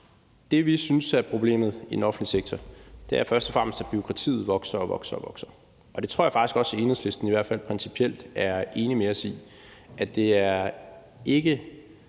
Det, vi synes er problemet i den offentlige sektor, er først og fremmest, at bureaukratiet vokser og vokser, og det tror jeg faktisk også at Enhedslisten, i hvert fald principielt, er enig med os i, altså at det ikke